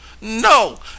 No